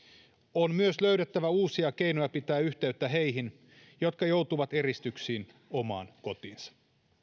on myös löydettävä uusia keinoja pitää yhteyttä heihin jotka joutuvat eristyksiin omaan kotiinsa